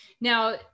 now